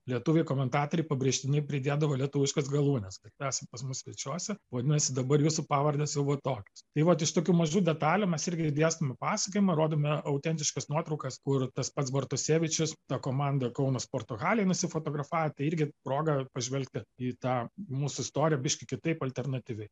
lietuviai komentatoriai pabrėžtinai pridėdavo lietuviškas galūnes kad esat pas mus svečiuose vadinasi dabar jūsų pavardės jau va tokios tai vat iš tokių mažų detalių mes irgi dėstom pasakojimą rodome autentiškas nuotraukas kur tas pats bartusevičius ta komanda kauno sporto halėj nusifotografavę tai irgi proga pažvelgti į tą mūsų istoriją biškį kitaip alternatyviai